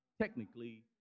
Technically